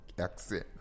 accent